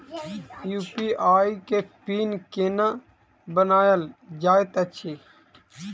UPI केँ PIN केना बनायल जाइत अछि